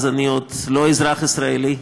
אז אני עוד לא אזרח ישראלי,